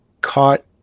caught